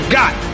got